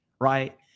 Right